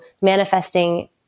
manifesting